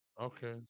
Okay